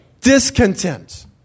Discontent